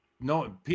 No